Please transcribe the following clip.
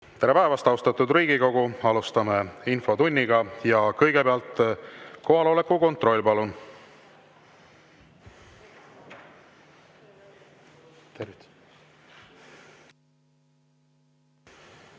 Tere päevast, austatud Riigikogu! Alustame infotundi. Kõigepealt kohaloleku kontroll, palun! Tere